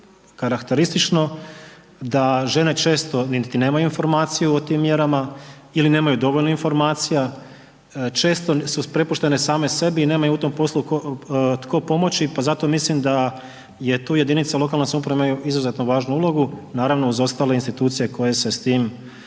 karakteristično da žene često niti nemaju informaciju o tim mjerama ili nemaju dovoljno informacija. Često su prepuštene same sebi i nema im u tom poslu tko pomoći, pa zato mislim da tu jedinice lokalne samouprave imaju izuzetno važnu ulogu naravno uz ostale institucije koje se s tim